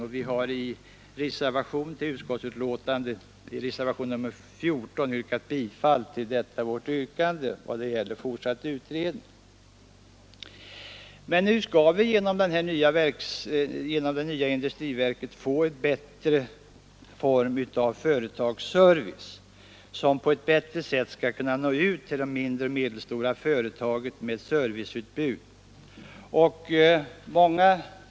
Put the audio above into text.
I reservationen 14 till näringsutskottets betänkande nr 54 har vi därför yrkat bifall till vårt förslag om fortsatt utredning. Nu skall vi genom det nya industriverket få en form av företagsservice som på ett bättre sätt skall kunna nå ut till de mindre och medelstora företagen med sitt serviceutbud.